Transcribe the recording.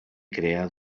crear